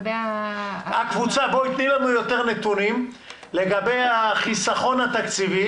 תני לנו יותר נתונים לגבי החיסכון התקציבי